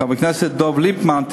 חבר הכנסת דב ליפמן,